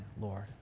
Lord